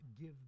give